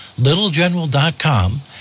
littlegeneral.com